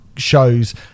shows